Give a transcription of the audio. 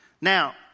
Now